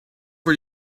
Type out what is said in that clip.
for